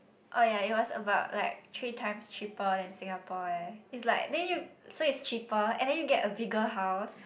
oh ya it was about like three times cheaper than Singapore eh it's like then you so it's cheaper and then you get a bigger house